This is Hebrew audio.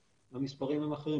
והמספרים הם אחרים.